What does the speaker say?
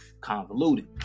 convoluted